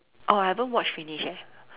orh I haven't watch finish eh